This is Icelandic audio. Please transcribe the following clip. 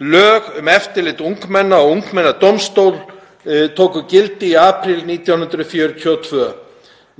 Lög um eftirlit ungmenna og ungmennadómstól tóku gildi í apríl 1942.